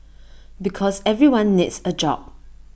because everyone needs A job